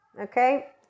okay